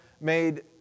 made